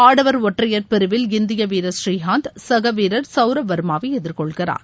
ஆடவர் ஒற்றையர் பிரிவில் இந்திய வீரர் ஸ்ரீகாந்த் கக வீரர் சவுரவ் வர்மாவை எதிர்கொள்கிறார்